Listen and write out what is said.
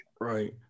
Right